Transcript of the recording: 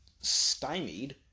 stymied